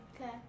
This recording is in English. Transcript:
Okay